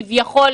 כביכול,